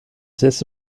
ses